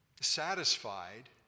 satisfied